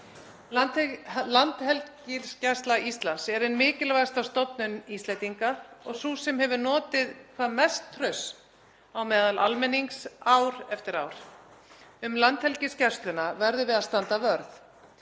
Landhelgisgæsla Íslands er ein mikilvægasta stofnun Íslendinga og sú sem hefur notið hvað mests trausts á meðal almennings ár eftir ár. Um Landhelgisgæsluna verðum við að standa vörð.